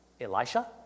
Elisha